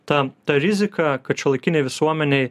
ta ta rizika kad šiuolaikinėj visuomenėj